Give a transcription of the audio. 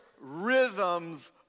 rhythms